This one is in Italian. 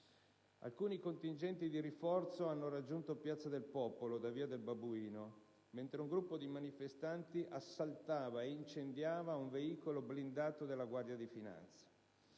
Alcuni contingenti di rinforzo hanno raggiunto piazza del Popolo da via del Babuino, mentre un gruppo dì manifestanti assaltava ed incendiava un veicolo blindato della Guardia di finanza.